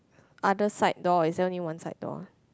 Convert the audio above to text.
other side door is there only one side door